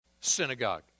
synagogue